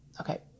okay